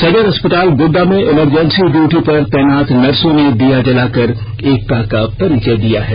सदर अस्पताल गोड्डा में इमरजेंसी ड्यूटी पर तैनात नर्सो ने दीया जला कर एकता का परिचय दिया है